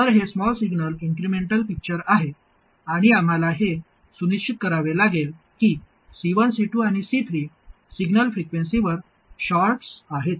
तर हे small signal incremental picture आहे आणि आम्हाला हे सुनिश्चित करावे लागेल की C1 C2 आणि C3 सिग्नल फ्रिक्वेन्सीवर शॉर्ट्स आहेत